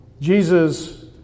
Jesus